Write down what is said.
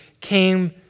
came